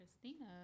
Christina